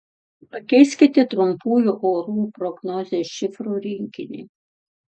pakeiskite trumpųjų orų prognozės šifrų rinkinį